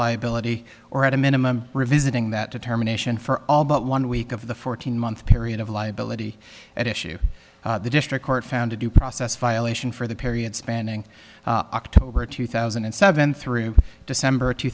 liability or at a minimum revisiting that determination for all but one week of the fourteen month period of liability at issue the district court found to due process violation for the period spanning october two thousand and seven through december